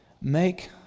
Make